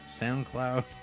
SoundCloud